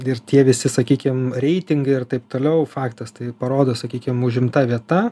ir tie visi sakykim reitingai ir taip toliau faktas tai parodo sakykime užimta vieta